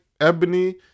Ebony